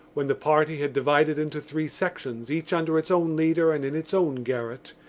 when the party had divided into three sections, each under its own leader and in its own garret,